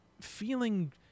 feeling